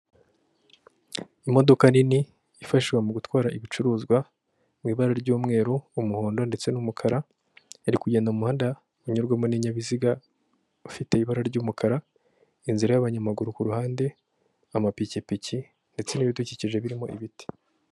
Imodoka nini yifashishwa mu gutwara ibicuruzwa, mu ibara ry'umweru, umuhondo ndetse n'umukara, iri kugenda mu muhanda unyurwamo n'ibyabiziga ufite ibara ry'umukara, inzira y'abanyamaguru ku ruhande, amapikipiki ndetse n'ibidukikije birimo ibiti.